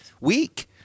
week